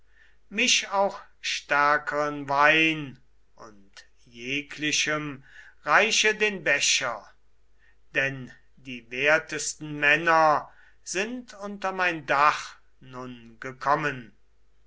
misch auch stärkeren wein und jeglichem reiche den becher denn die wertesten männer sind unter mein dach nun gekommen